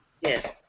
Yes